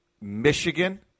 Michigan